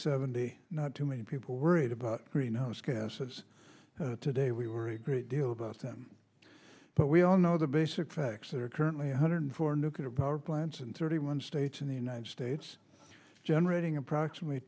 seventy not too many people worried about greenhouse gases today we were a great deal about them but we all know the basic facts that are currently eight hundred four nuclear power plants in thirty one states in the united states generating approximately